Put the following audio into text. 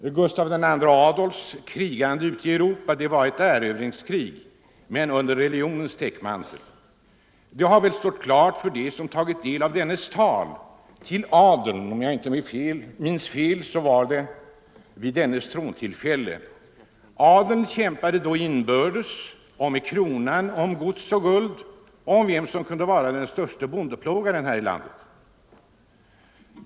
Att Gustav II Adolfs krigande ute i Europa var ett erövringskrig men under religionens täckmantel har väl stått klart för dem som tagit del av dennes tal till adeln — om jag inte tar fel var det vid hans trontillträde. Adeln kämpade då inbördes och med kronan om gods och guld och om vem som kunde vara den största bondeplågaren här i landet.